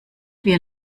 wir